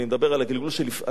הגירוש הראשון,